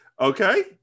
Okay